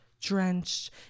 Drenched